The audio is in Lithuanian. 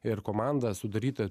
ir komanda sudaryta